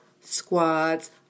squads